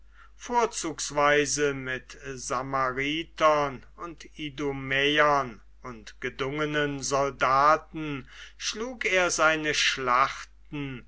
vorzugsweise mit samaritern und idumäern und gedungenen soldaten schlug er seine schlachten